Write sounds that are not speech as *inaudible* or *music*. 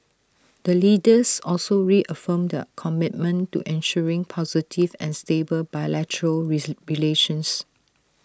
the leaders also reaffirmed their commitment to ensuring positive and stable bilateral *unintelligible* relations